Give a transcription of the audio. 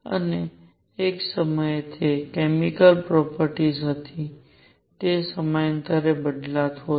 અને એક સમયે તે કેમિકલ પ્રોપર્ટીસ હતી તે સમયાંતરે બદલાતું હતું